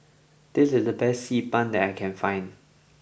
this is the best Xi Ban that I can find